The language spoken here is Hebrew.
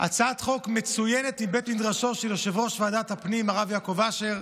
הצעת חוק מצוינת מבית מדרשו של יושב-ראש ועדת הפנים הרב יעקב אשר,